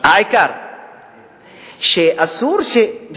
כחול לעיניים.